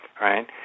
right